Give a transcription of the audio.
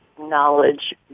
knowledge